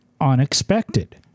unexpected